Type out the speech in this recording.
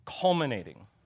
culminating